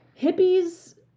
hippies